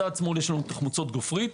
בצד שמאל יש חומצות גופרית,